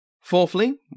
Fourthly